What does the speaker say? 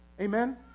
Amen